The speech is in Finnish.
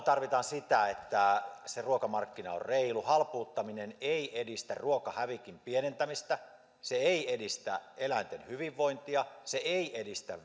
tarvitaan sitä että se ruokamarkkina on reilu halpuuttaminen ei edistä ruokahävikin pienentämistä se ei edistä eläinten hyvinvointia se ei edistä